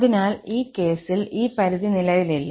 അതിനാൽ ഈ കേസിൽ ഈ പരിധി നിലവിലില്ല